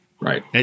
Right